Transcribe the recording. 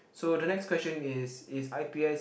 so the next question is is I_P_S